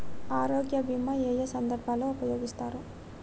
ఆరోగ్య బీమా ఏ ఏ సందర్భంలో ఉపయోగిస్తారు?